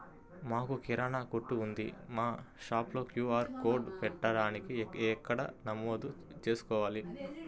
మాకు కిరాణా కొట్టు ఉంది మా షాప్లో క్యూ.ఆర్ కోడ్ పెట్టడానికి ఎక్కడ నమోదు చేసుకోవాలీ?